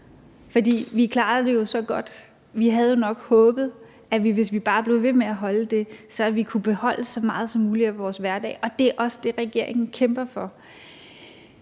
For vi klarede det så godt, og vi havde nok håbet, at vi, hvis vi bare blev ved med at holde det, havde kunnet beholde så meget som muligt af vores hverdag, og det er også det, regeringen kæmper for.